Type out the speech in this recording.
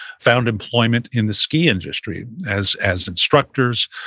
found employment in the ski industry as as instructors,